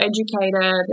educated